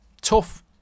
tough